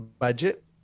budget